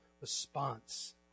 response